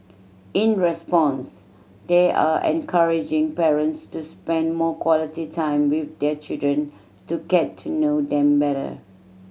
in response they are encouraging parents to spend more quality time with their children to get to know them better